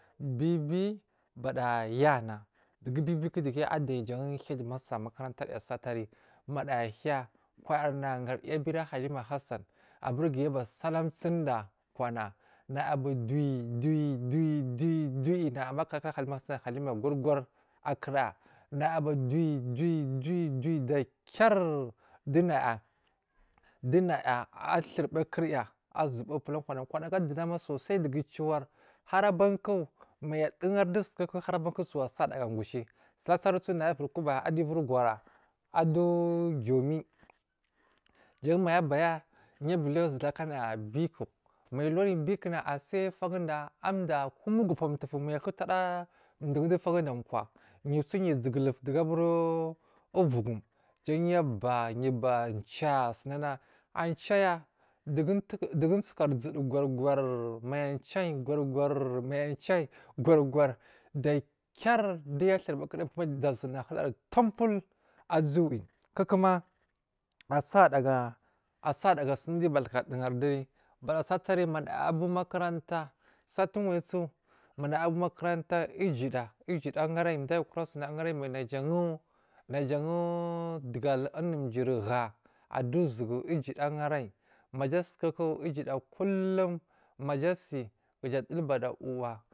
Biyibi baa yana biyibi kudige adariyi jan headmaster satur manaya ahiya kwayarna hariya abira halima gu hassan aburi gaya aba salamsunda kwana nay aba dowuyi dowuyi dowuyi naya makur akura halimagu hassun halima gar gar akira ya nay aba duwua dawawi dakir dunaya dunaya alorbakor ya asubu pula kwana ga dowuna ma sosoi dugu ciwa hai abarku maya duhai duwu sukuku ha, abankuku suwa asori da gushi sahurisu naya uviri kuba atuwu viri gora adowu giyimiyi jan maya abaya y aba uliya zunakana biku mai aluriyi bikuna a sai faguda amda gomu gowo puwutuwufu maiya a hudun du faguda kwa yusu yu zuguluf dugu aburi ufugum jan ya aba yuba ja a suna na a caya dugu uzuka sudu gor gor maiya a can gor gor maya a can gor gor dakir diya aturbakurda asuba bulaja da suna a huridari tumbul aziwi kuku a sarida gasu batuku duhiriduri bada saturi vnanaya a buwu makaranta satuwayisu mara abu makaranta ujida ujia angaranyi dayikura suni angaranyi mai jan wu duwogal unurijiriha a dowu uzugu ujida argaranyi maja sukuku kulm maja asi gaja a dulba da u vuwa.